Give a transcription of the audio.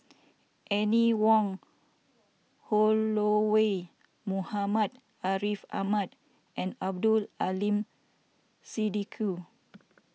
Anne Wong Holloway Muhammad Ariff Ahmad and Abdul Aleem Siddique